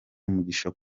umugisha